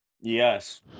yes